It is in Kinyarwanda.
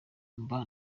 mba